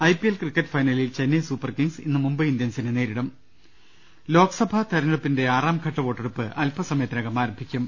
I P L cricket ഫൈനലിൽ Chennai super kings ഇന്ന് മുംബൈ ഇന്ത്യൻസിനെ നേരിടും ലോക് സഭാ തെരഞ്ഞെടു പ്പിന്റെ ആറാം ഘട്ട വോട്ടെടുപ്പ് അല്പസമയത്തിനകം ആരംഭിക്കും